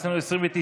אז יש לנו 29 נגד.